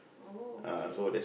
oh okay